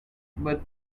but